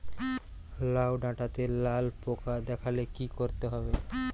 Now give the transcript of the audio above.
লাউ ডাটাতে লাল পোকা দেখালে কি করতে হবে?